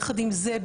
יחד עם זה,